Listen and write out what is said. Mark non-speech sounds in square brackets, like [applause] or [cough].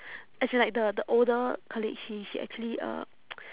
as in like the the older colleague she she actually uh [noise]